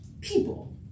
people